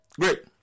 great